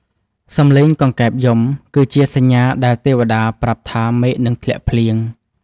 សំឡេងកង្កែបយំ គឺជាសញ្ញាដែលទេវតាប្រាប់ថាមេឃនឹងធ្លាក់ភ្លៀង។